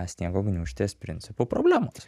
sniego gniūžtės principu problemos